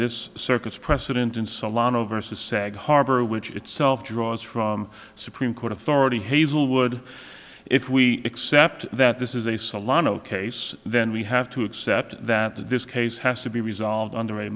this circus precedent in solano versus sag harbor which itself draws from supreme court authority hazlewood if we accept that this is a salon a case then we have to accept that this case has to be resolved under a